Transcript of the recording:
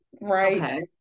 right